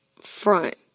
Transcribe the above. front